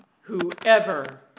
Whoever